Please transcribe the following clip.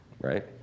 right